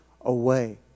away